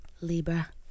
Libra